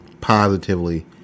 positively